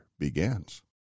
Begins